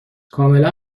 کاملا